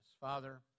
Father